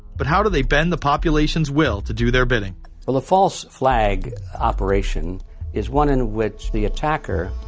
but how do they bend the population's will to do their bidding? well, a false flag operation is one in which the attacker.